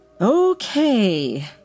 Okay